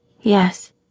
Yes